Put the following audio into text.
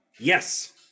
Yes